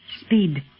Speed